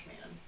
man